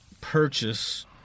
purchase